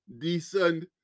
decent